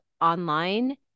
online